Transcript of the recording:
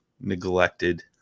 neglected